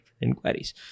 inquiries